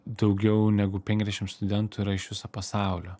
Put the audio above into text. daugiau negu penkiasdešim studentų yra iš viso pasaulio